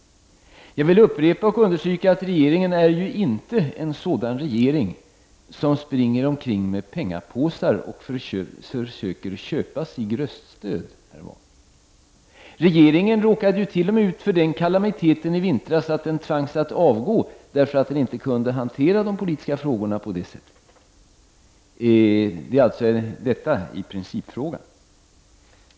Jag vill upprepa och understryka att regeringen inte är en sådan regering som springer omkring med pengapåsar och försöker köpa sig röststöd. Regeringen råkade ju t.o.m. ut för den kalamiteten i vintras att den tvingades att avgå därför att den inte kunde hantera de politiska frågorna på det sättet. Detta är alltså en principfråga.